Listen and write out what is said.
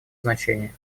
значение